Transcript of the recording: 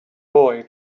boy